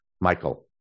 Michael